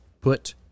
put